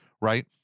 Right